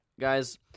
guys